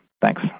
Thanks